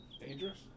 Dangerous